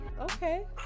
okay